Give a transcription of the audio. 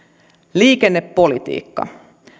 liikennepolitiikka